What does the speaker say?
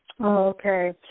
Okay